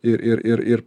ir ir ir ir